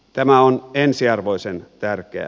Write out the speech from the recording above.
tämä on ensiarvoisen tärkeää